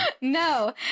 No